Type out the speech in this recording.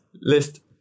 list